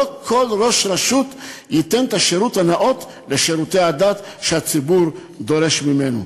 לא כל ראש רשות ייתן את השירות הנאות בשירותי הדת שהציבור דורש ממנו.